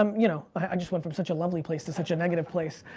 um you know, i just went from such a lovely place to such a negative place.